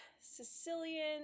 Sicilian